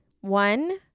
One